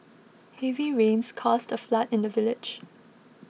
heavy rains caused a flood in the village